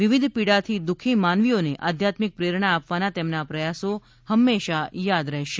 વિવિધ પીડાથી દુખી માનવીઓને આધ્યાત્મિક પ્રેરણા આપવાના તેમના પ્રયાસો હંમેશા યાદ રહેશે